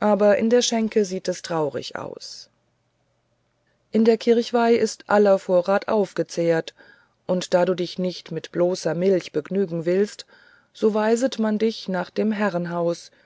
aber in der schenke sieht es traurig aus in der kirchweih ist aller vorrat aufgezehrt und da du dich nicht mit bloßer milch begnügen willst so weiset man dich nach dem herrenhause